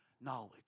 knowledge